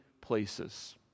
places